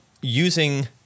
using